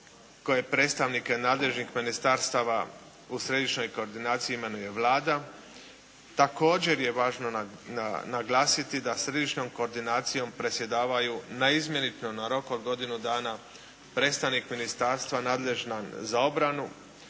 je predstavnike nadležnih ministarstava u Središnjoj koordinaciji imenuje Vlada. Također je važno naglasiti da Središnjom koordinacijom predsjedavaju naizmjenično na rok od godinu dana predstavnik ministarstva nadležan za obranu,